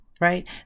right